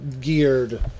geared